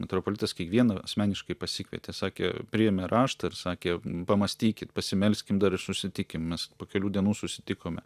metropolitas kiekvieną asmeniškai pasikvietė sakė priėmė raštą ir sakė pamąstykit pasimelskim dar ir susitikim mes po kelių dienų susitikome